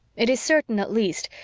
it is certain, at least,